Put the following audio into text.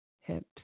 hips